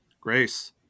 Grace